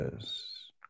Yes